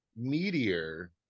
meteor